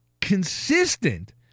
consistent